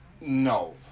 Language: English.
no